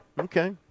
Okay